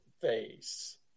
face